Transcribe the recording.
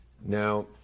Now